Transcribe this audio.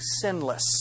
sinless